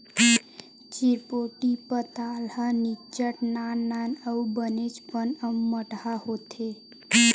चिरपोटी पताल ह निच्चट नान नान अउ बनेचपन अम्मटहा होथे